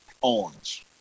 orange